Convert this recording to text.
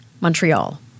Montreal